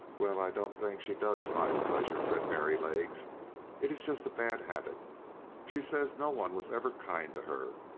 well, i don't think she does find pleasure, says merrylegs it is just a bad habit she says no one was ever kind to her,